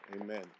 amen